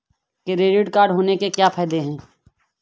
Credit card होने के क्या फायदे हैं?